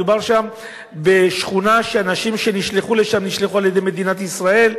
מדובר שם בשכונה שהאנשים שנשלחו לשם על-ידי מדינת ישראל,